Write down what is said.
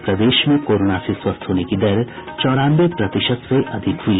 और प्रदेश में कोरोना से स्वस्थ होने की दर चौरानवे प्रतिशत से अधिक हुई